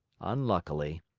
unluckily,